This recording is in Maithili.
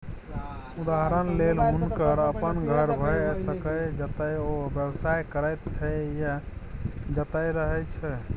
उदहारणक लेल हुनकर अपन घर भए सकैए जतय ओ व्यवसाय करैत छै या जतय रहय छै